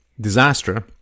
disaster